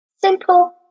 Simple